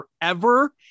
forever